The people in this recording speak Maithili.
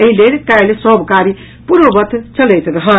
एहि लेल काल्हि सभ कार्य पूर्ववत चलैत रहत